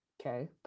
Okay